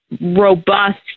robust